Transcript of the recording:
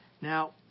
now